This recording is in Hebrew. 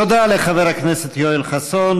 תודה לחבר הכנסת יואל חסון.